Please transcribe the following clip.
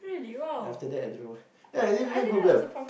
after that I think ya I really Google